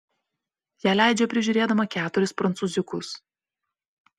ją leidžia prižiūrėdama keturis prancūziukus